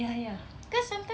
ya ya